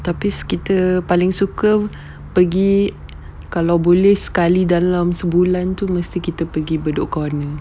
habis kita paling suka pergi kalau boleh sekali dalam sebulan tu mesti kita pergi bedok corner